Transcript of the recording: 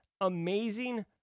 amazing